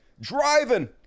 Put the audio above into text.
Driving